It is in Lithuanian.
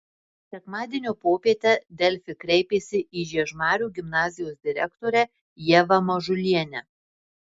sekmadienio popietę delfi kreipėsi į žiežmarių gimnazijos direktorę ievą mažulienę